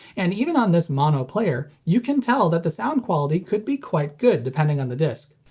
and even on this mono player, you can tell that the sound quality could be quite good depending on the disc.